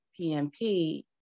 PMP